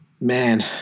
man